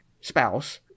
spouse